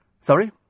Sorry